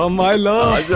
um my love!